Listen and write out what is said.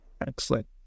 Excellent